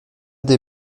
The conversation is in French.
des